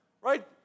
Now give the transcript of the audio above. right